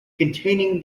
containing